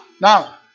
Now